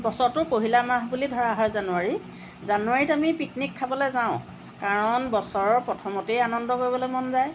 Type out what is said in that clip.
বছৰটোৰ পহিলা মাহ বুলি ধৰা হয় জানুৱাৰীক জানুৱাৰীত আমি পিকনিক খাবলৈ যাওঁ কাৰণ বছৰৰ প্ৰথমতেই আনন্দ কৰিবলৈ মন যায়